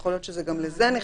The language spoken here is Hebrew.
שיכול להיות שזה גם לזה נכנס.